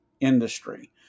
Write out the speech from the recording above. industry